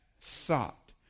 thought